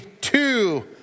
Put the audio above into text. two